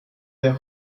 der